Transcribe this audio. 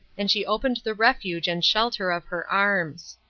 and she opened the refuge and shelter of her arms.